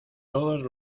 todos